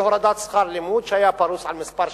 הורדת שכר הלימוד שהיה פרוס על שנים מספר.